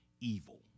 evil